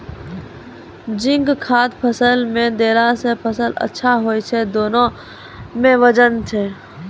zinc खाद फ़सल मे देला से फ़सल अच्छा होय छै दाना मे वजन ब